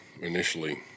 initially